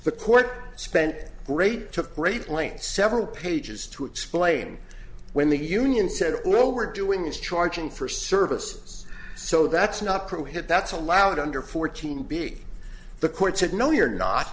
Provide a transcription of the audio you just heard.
the court spent great to great lengths several pages to explain when the union said well we're doing is charging for services so that's not true hit that's allowed under fourteen big the court said no you're not